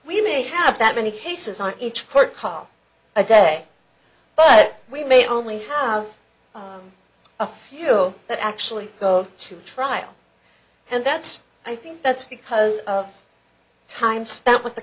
we may have that many cases on each court call a day but we may only have a few that actually go to trial and that's i think that's because of time spent with the